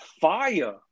fire